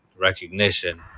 recognition